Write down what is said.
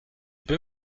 peux